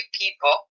people